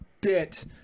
bit